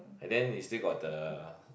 and then we still got the